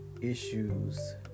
issues